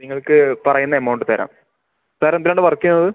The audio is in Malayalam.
നിങ്ങൾക്ക് പറയുന്ന എമൗണ്ട് തരാം സാറ് എന്തിലാണ് വർക്ക് ചെയ്യുന്നത്